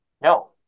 no